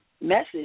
message